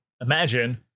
imagine